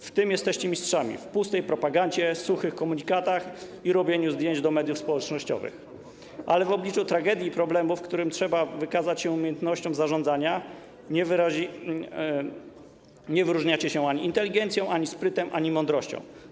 W tym jesteście mistrzami: w pustej propagandzie, suchych komunikatach i robieniu zdjęć do mediów społecznościowych, ale w obliczu tragedii i problemów, w przypadku których trzeba wykazać się umiejętnością zarządzania, nie wyróżniacie się ani inteligencją, ani sprytem, ani mądrością.